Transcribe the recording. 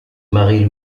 marie